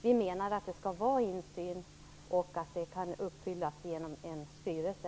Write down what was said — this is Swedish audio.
Vi menar att det skall vara insyn och att det kravet kan uppfyllas genom en styrelse.